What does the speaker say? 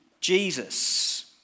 Jesus